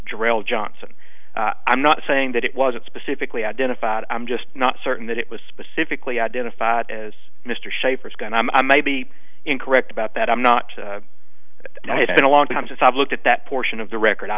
drill johnson i'm not saying that it wasn't specifically identified i'm just not certain that it was specifically identified as mr schaffer's gun i may be incorrect about that i'm not i have been a long time since i've looked at that portion of the record i